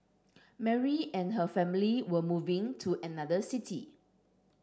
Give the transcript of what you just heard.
Mary and her family were moving to another city